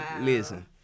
listen